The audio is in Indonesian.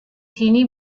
sini